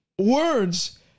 words